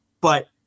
but-